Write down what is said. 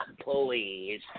Please